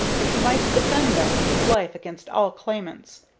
that he might defend them with his life against all claimants.